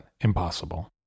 impossible